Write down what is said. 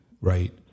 right